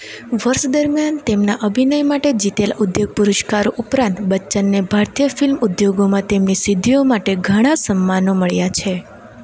વર્ષ દરમિયાન તેમના અભિનય માટે જીતેલા ઉદ્યોગ પુરસ્કારો ઉપરાંત બચ્ચનને ભારતીય ફિલ્મ ઉદ્યોગમાં તેમની સિદ્ધિઓ માટે ઘણાં સન્માનો મળ્યા છે